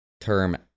term